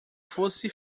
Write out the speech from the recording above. fosse